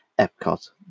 Epcot